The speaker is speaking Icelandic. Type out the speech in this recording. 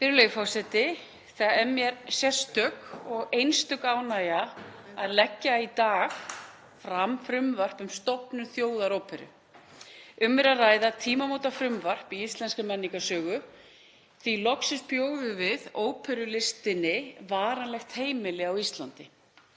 Virðulegi forseti. Það er mér sérstök og einstök ánægja að leggja í dag fram frumvarp um stofnun Þjóðaróperu. Um er að ræða tímamótafrumvarp í íslenskri menningarsögu því að loksins bjóðum við óperulistinni varanlegt heimili á Íslandi.